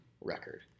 record